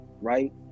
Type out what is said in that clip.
right